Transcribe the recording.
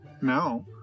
No